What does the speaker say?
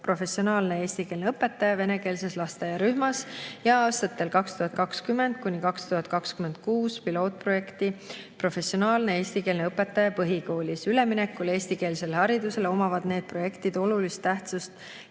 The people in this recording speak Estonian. "Professionaalne eestikeelne õpetaja vene õppekeelega rühmas" ja aastatel 2020–2026 pilootprojekti "Professionaalne eestikeelne õpetaja põhikoolis". Üleminekul eestikeelsele haridusele omavad need projektid olulist tähtsust